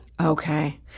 Okay